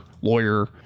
lawyer